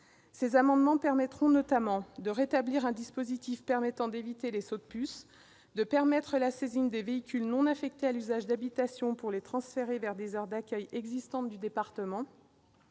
ces amendements permettra notamment de rétablir un dispositif pour éviter les « sauts de puce », d'autoriser la saisine des véhicules non affectés à l'usage d'habitation pour les transférer vers des aires d'accueil existantes du département,